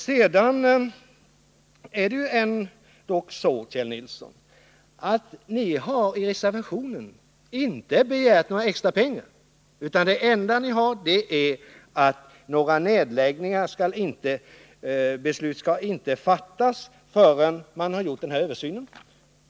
Sedan är det ändock så, Kjell Nilsson, att ni har i reservationen inte begärt några extra pengar, utan det enda ni skriver är att några nedläggningsbeslut skall inte fattas förrän man har gjort den här översynen.